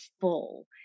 full